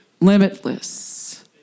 Limitless